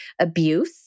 abuse